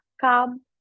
come